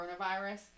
coronavirus